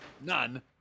None